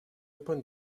opened